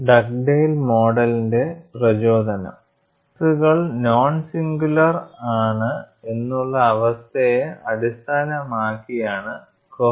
Dugdale മോഡലിന്റെ പ്രചോദനം സ്ട്രെസുകൾ നോൺ സിംഗുലാർ ആണ് എന്നുള്ള അവസ്ഥയെ അടിസ്ഥാനമാക്കിയാണ് കോഹെസിവ് സോണിന്റെ വിപുലീകരണം നിർണ്ണയിക്കുന്നത്